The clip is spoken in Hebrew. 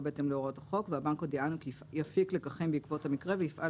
בהתאם להוראות החוק והבנק הודיענו כי יפיק לקחים בעקבות המקרה ויפעל